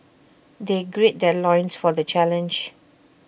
they gird their loins for the challenge